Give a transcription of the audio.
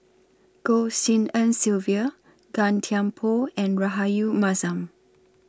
Goh Tshin En Sylvia Gan Thiam Poh and Rahayu Mahzam